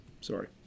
Sorry